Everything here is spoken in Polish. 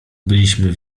byliśmy